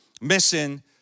missing